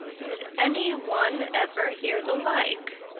did anyone ever hear the like?